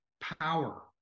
power